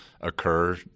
occur